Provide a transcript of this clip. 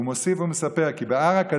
הוא מוסיף ומספר כי "בארעא קדישא",